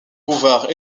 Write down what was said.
bouvard